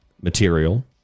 material